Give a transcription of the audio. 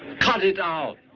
cut it out.